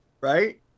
right